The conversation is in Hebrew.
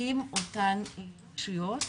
עם אותן רשויות.